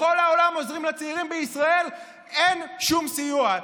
בכל העולם עוזרים לצעירים, בישראל אין שום סיוע.